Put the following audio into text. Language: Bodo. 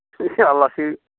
एसे आलदासो